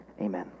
Amen